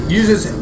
uses